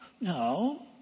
No